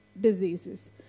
diseases